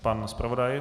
Pan zpravodaj?